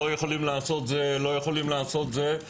לא יכולים לעשות את זה או את זה.